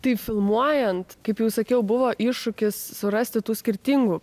taip filmuojant kaip jau sakiau buvo iššūkis surasti tų skirtingų